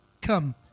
Come